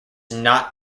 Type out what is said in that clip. not